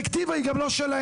הדירקטיבה היא גם לא שלהם.